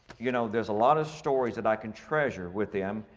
you know there's a lot of stories that i can treasure with them,